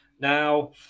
Now